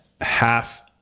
half